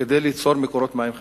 כדי ליצור מקורות מים חדשים,